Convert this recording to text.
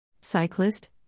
Cyclist